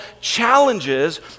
challenges